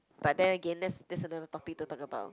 but then again that's that's another topic to talk about